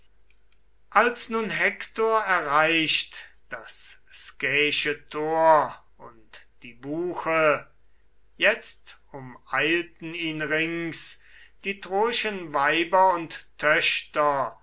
als nun hektor erreicht das skäische tor und die buche jetzt umeilten ihn rings die troischen weiber und töchter